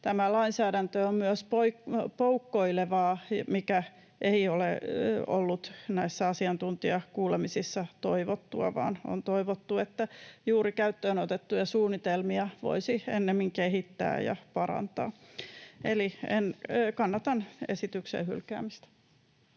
Tämä lainsäädäntö on myös poukkoilevaa, mikä ei ole ollut näissä asiantuntijakuulemisissa toivottua, vaan on toivottu, että juuri käyttöön otettuja suunnitelmia voisi ennemmin kehittää ja parantaa. Eli kannatan esityksen hylkäämistä.